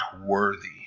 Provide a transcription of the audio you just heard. worthy